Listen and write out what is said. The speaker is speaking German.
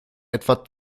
etwa